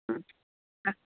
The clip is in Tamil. ம் ஆ